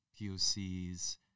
POCs